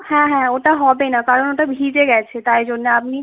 হ্যাঁ হ্যাঁ ওটা হবে না কারণ ওটা ভিজে গেছে তাই জন্যে আমি